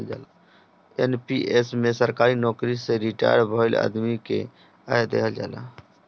NPS में सरकारी नोकरी से रिटायर भईल आदमी के आय देहल जाला